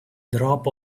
drop